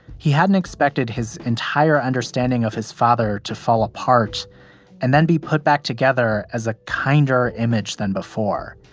he hadn't expected his entire understanding of his father to fall apart and then be put back together as a kinder image than before.